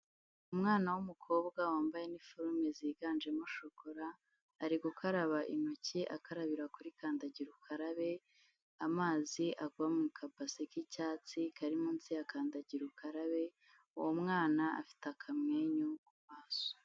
Umwana w'umukobwa wambaye iniforume ziganjemo shokora ari gukaraba intoki akarabira kuri kandagira ukarabe amazi agwa mu kabase k'icyatsi kari munsi ya kandagira ukarabe, uwo mwana afite akamwenyu ku maso.